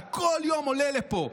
אתה כל יום עולה לפה,